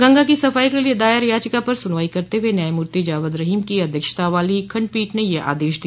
गंगा की सफाई के लिए दायर याचिका पर सुनवाई करते हुए न्यायमूर्ति जावद रहीम की अध्यक्षता वाली खंडपीठ ने यह आदेश दिया